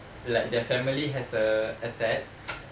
like their family has a asset